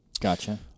Gotcha